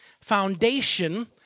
foundation